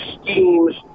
schemes